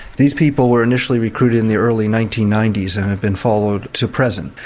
these people were initially recruited in the early nineteen ninety s and had been followed to present.